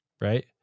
Right